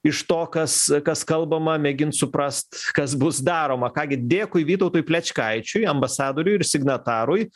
iš to kas kas kalbama mėgint suprast kas bus daroma ką gi dėkui vytautui plečkaičiui ambasadoriui ir signatarui